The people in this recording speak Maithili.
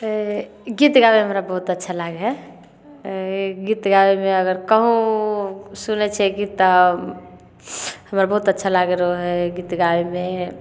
तऽ गीत गाबैमे हमरा बहुत अच्छा लागै हइ तऽ गीत गाबैमे अगर कहुँ सुनै छिए गीत तऽ हमरा बहुत अच्छा लागै रहै हइ गीत गाबैमे